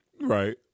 Right